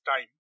time